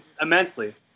immensely